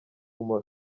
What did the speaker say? guma